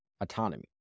autonomy